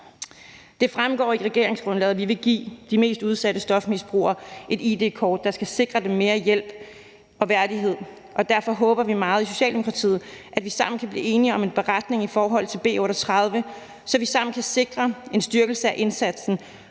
Det fremgår af regeringsgrundlaget, at vi vil give de mest udsatte stofmisbrugere et id-kort, der skal sikre dem mere hjælp og værdighed, og derfor håber vi meget i Socialdemokratiet, at vi sammen kan blive enige om en beretning i forhold til B 38, så vi sammen kan sikre en styrkelse af indsatsen